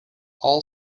all